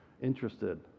interested